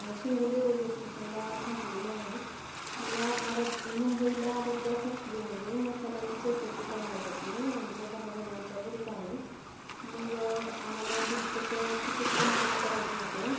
Shingoli railway स्टेशनला थांबलेली आहे मला आराद मुंबईला आराध्या फॅक्टरीमध्ये मसाल्याची चौकशी करण्यासाठी आमचा दहा जणांचा ग्रुप आहे मग आम्हाला थोडसं तिकीट कन्फर्म करायचं होतं